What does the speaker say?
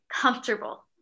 comfortable